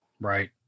Right